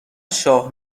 شاه